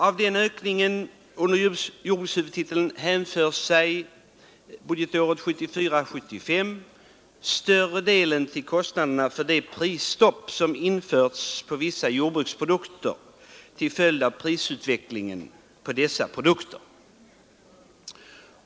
Av den ökningen hänför sig större delen till kostnaderna för det prisstopp som budgetåret 1974/75 införts på vissa jordbruksprodukter till följd av prisutvecklingen på dessa produkter.